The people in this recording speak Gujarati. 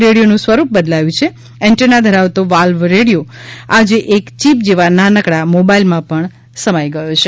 રેડિયોનું સ્વરૂપ બદલાયું છે એન્ટેના ધરાવતો વાલ્વવાળો રેડિયો આજે એક ચીપ જેવા નાનકડા મોબાઈલમાં જરૂર સમાઈ ગયો છે